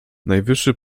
najwyższy